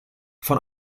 von